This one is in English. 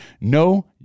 no